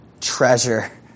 treasure